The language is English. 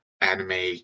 anime